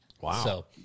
Wow